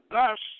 Thus